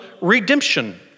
redemption